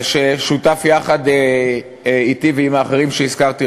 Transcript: ששותף לחוק יחד אתי ועם האחרים שהזכרתי,